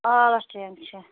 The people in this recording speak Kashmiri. آ سینڈ چھا